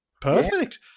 Perfect